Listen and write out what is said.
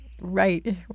Right